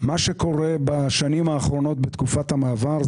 מה שקורה בשנים האחרונות בתקופת המעבר,